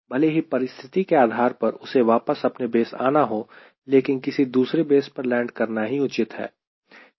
भले ही परिस्थिति के आधार पर उसे वापस अपने बेस आना हो लेकिन किसी दूसरे बेस पर लैंड करना ही उचित है